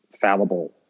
fallible